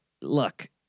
look